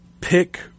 pick